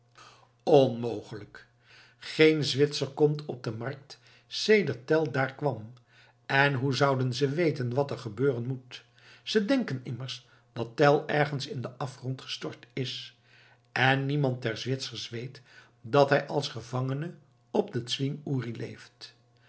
onmogelijk geen zwitser komt op de markt sedert tell daar kwam en hoe zouden ze weten wat er gebeuren moet ze denken immers dat tell ergens in den afgrond gestort is en niemand der zwitsers weet dat hij als gevangene op den zwing uri leeft